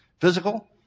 Physical